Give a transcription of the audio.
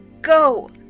Go